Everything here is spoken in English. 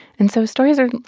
and so stories are,